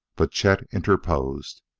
but chet interposed.